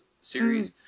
series